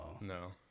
no